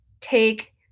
take